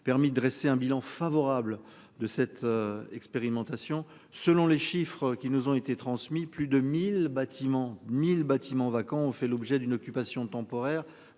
permis de dresser un bilan favorable de cette. Expérimentation selon les chiffres qui nous ont été transmis plus de 1000 bâtiments 1000 bâtiments vacants ont fait l'objet d'une occupation temporaire